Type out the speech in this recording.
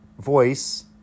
voice